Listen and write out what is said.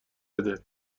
بده